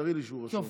תראי לי שהוא רשום.